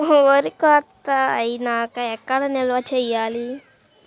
వరి కోత అయినాక ఎక్కడ నిల్వ చేయాలి?